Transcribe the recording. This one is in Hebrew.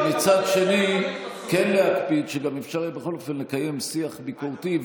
ומצד שני כן להקפיד שגם אפשר יהיה בכל אופן לקיים שיח ביקורתי.